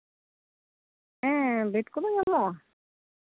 ᱦᱮᱸ ᱵᱮᱰ ᱠᱚᱫᱚ ᱧᱟᱢᱚᱜᱼᱟ